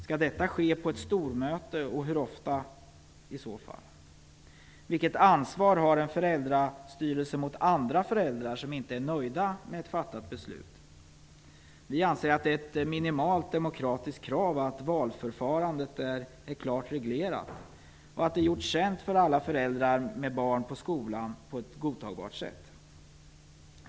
Skall detta ske på ett stormöte, och i så fall hur ofta? Vilket ansvar har en föräldrastyrelse mot andra föräldrar som inte är nöjda med ett fattat beslut? Vi anser att det är ett minimalt demokratiskt krav att valförfarandet är klart reglerat och att det har gjorts känt för alla föräldrar med barn på skolan på ett godtagbart sätt.